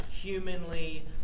humanly